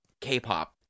K-pop